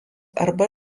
arba